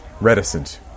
reticent